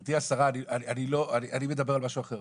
גברתי השרה, אני מדבר על משהו אחר.